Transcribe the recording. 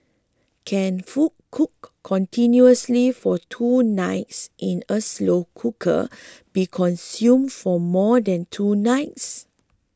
can food cooked continuously for two nights in a slow cooker be consumed for more than two nights